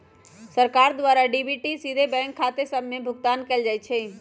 सरकार द्वारा डी.बी.टी सीधे बैंक खते सभ में भुगतान कयल जाइ छइ